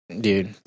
Dude